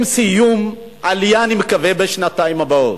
עם סיום העלייה, אני מקווה שבשנתיים הקרובות,